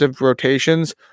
rotations